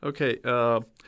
Okay